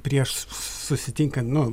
prieš susitinkant nu